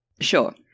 Sure